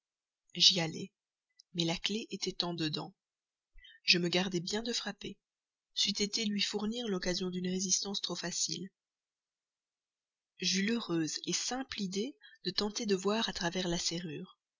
j'y allai mais la clef était en dedans je me gardai bien de frapper c'eût été lui fournir l'occasion d'une résistance trop facile j'eus l'heureuse simple idée de tenter de voir à travers la serrure